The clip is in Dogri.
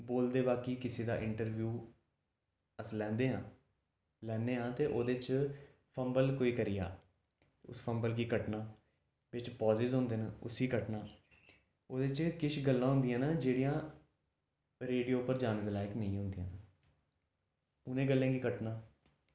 बोलदे बाकी कुसै दा इंटरव्यू अस लैंदे आं लैने आं ते ओह्दे च फंबल कोई करी जा उस फंबल गी कट्टना बिच्च पाजेज होंदे न उसी बी कट्टना ओह्दे च किश गल्लां होंदियां न जेह्ड़ियां रोडियो उप्पर जाने दे लायक नेईं होंदियां उ'नें गल्लें गी कट्ठना